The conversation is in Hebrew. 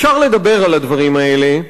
אפשר לדבר על הדברים האלה,